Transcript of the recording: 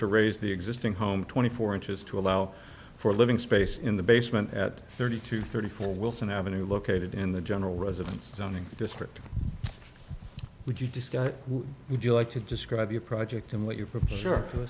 to raise the existing home twenty four inches to allow for a living space in the basement at thirty two thirty four wilson avenue located in the general residence zoning district would you discuss would you like to describe your project and what you for sure